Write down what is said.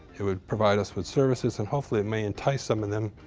it would provide us with services and, hopefully, it may entice um and them,